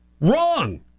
wrong